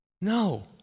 no